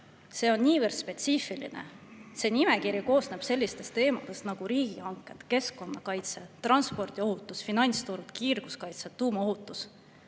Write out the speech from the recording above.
on väga spetsiifiline. See nimekiri koosneb sellistest teemadest nagu riigihanked, keskkonnakaitse, transpordiohutus, finantsturud, kiirguskaitse, tuumaohutus.